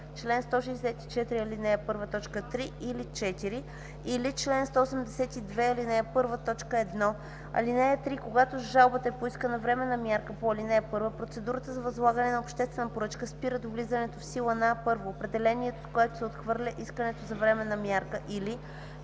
ал. 1, т. 3 или 4, или чл. 182, ал. 1,т. 1. (3) Когато с жалбата е поискана временната мярка по ал. 1, процедурата за възлагане на обществена поръчка спира до влизане в сила на: 1. определението, с което се отхвърля искането за временна мярка, или 2.